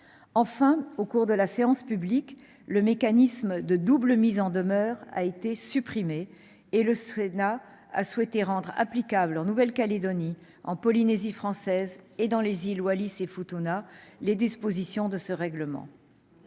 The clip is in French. Enfin, au cours de la séance publique, le Sénat a supprimé le mécanisme de double mise en demeure et a souhaité rendre applicables en Nouvelle-Calédonie, en Polynésie française et dans les îles Wallis et Futuna les dispositions de ce règlement.